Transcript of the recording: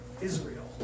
Israel